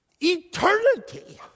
Eternity